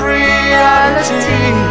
reality